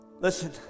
Listen